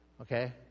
Okay